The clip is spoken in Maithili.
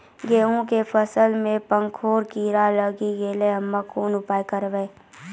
गेहूँ के फसल मे पंखोरवा कीड़ा लागी गैलै हम्मे कोन उपाय करबै?